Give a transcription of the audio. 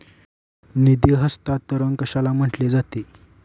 निधी हस्तांतरण कशाला म्हटले जाते?